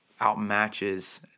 outmatches